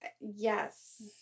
Yes